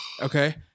Okay